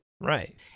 right